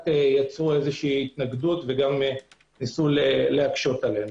יצרו התנגדות וגם ניסו להקשות עלינו.